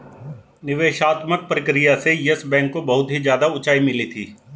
निवेशात्मक प्रक्रिया से येस बैंक को बहुत ही ज्यादा उंचाई मिली थी